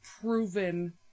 proven